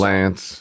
Lance